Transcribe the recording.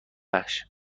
وحش